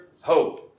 hope